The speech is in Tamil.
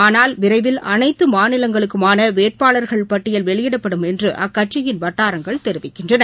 ஆனால் விரைவில் அனைத்து மாநிலங்களுக்குமான வேட்பாளர்கள் பட்டியல் வெளியிடப்படும் என்று அக்கட்சியின் வட்டாரங்கள் தெரிவிக்கின்றன